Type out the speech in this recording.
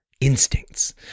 instincts